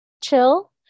chill